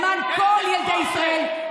למען כל ילדי ישראל,